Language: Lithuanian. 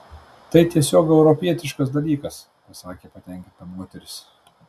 tai tiesiog europietiškas dalykas pasakė patenkinta moteris